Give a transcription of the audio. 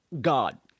God